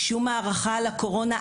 שום הערכה על הקורונה,